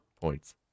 Points